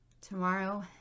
tomorrow